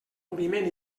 moviment